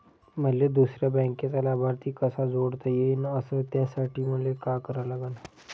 मले दुसऱ्या बँकेचा लाभार्थी कसा जोडता येईन, अस त्यासाठी मले का करा लागन?